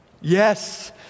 Yes